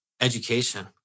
education